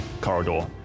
corridor